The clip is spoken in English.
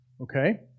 Okay